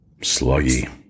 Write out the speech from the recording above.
Sluggy